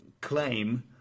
claim